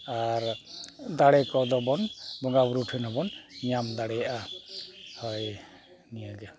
ᱟᱨ ᱫᱟᱲᱮ ᱠᱚᱫᱚ ᱵᱚᱱ ᱵᱚᱸᱜᱟᱵᱩᱨᱩ ᱴᱷᱮᱱ ᱦᱚᱸ ᱵᱚᱱ ᱧᱟᱢ ᱫᱟᱲᱮᱭᱟᱜᱼᱟ ᱦᱚᱭ ᱱᱤᱭᱟᱹ ᱜᱮ